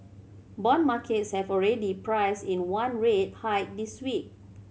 bond markets have already priced in one rate hike this week